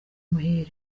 muhire